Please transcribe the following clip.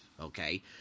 okay